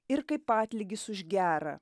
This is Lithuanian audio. ir kaip atlygis už gera